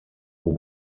who